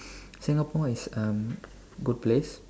Singapore is a good place